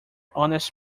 honest